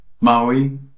Maui